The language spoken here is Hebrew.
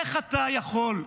איך אתה יכול,